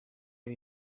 ari